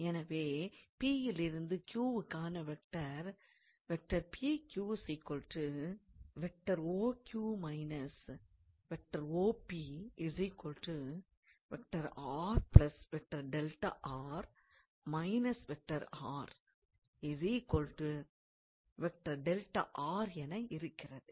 எனவே P யிலிருந்து Q க்கான வெக்டர் என இருக்கிறது